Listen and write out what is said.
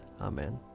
Amen